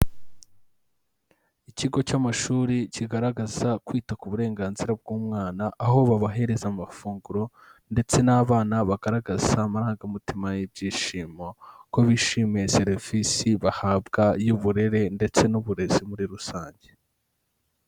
Ikigo cy'amashuri kigaragaza kwita ku burenganzira bw'umwana, aho babahereza amafunguro, ndetse n'abana bagaragaza amarangamutima y'ibyishimo, ko bishimiye serivisi bahabwa y'uburere ndetse n'uburezi muri rusange.